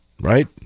right